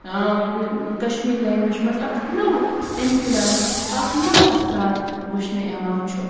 Kashmir language مَنٛز اَکھ نوٚو اِنفٕلَنس اَکھ نوٚو اثرات وٕچھنہٕ یِوان چھُ